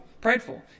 prideful